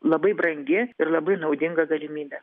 labai brangi ir labai naudinga galimybė